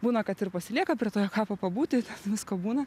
būna kad ir pasilieka prie to jo kapo pabūti visko būna